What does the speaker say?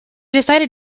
decided